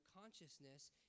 consciousness